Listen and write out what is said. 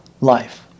Life